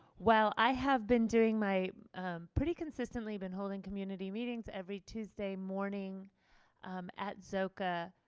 well i have been doing my pretty consistently been holding community meetings every tuesday morning at zoka